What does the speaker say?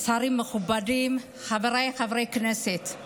שרים מכובדים, חבריי חברי הכנסת,